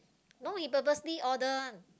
no is purposely order